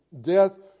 death